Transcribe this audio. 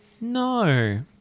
No